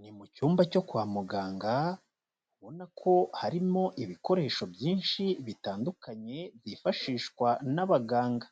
Ni mu cyumba cyo kwa muganga, ubona ko harimo ibikoresho byinshi bitandukanye byifashishwa n'abaganga,